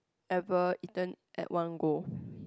ever eaten at one go